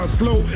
slow